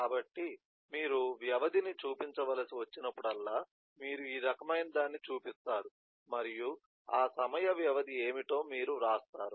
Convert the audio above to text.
కాబట్టి మీరు వ్యవధిని చూపించవలసి వచ్చినప్పుడల్లా మీరు ఈ రకమైనదాన్ని చూపిస్తారు మరియు ఆ సమయ వ్యవధి ఏమిటో మీరు వ్రాస్తారు